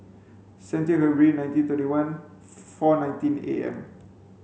seventeen February nineteen thirty one four nineteen A M